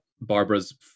barbara's